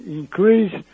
increase